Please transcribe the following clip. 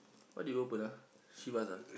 what do you open ah Chivas ah